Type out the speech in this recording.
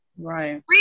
Right